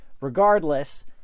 regardless